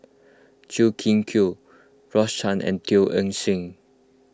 Chua Kim Yeow Rose Chan and Teo Eng Seng